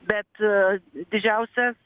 bet didžiausias